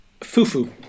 fufu